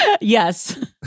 yes